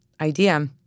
idea